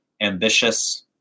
ambitious